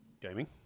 gaming